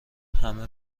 همه